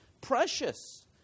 precious